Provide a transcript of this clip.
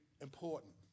important